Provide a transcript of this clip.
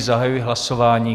Zahajuji hlasování.